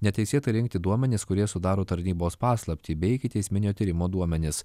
neteisėtai rinkti duomenis kurie sudaro tarnybos paslaptį bei ikiteisminio tyrimo duomenis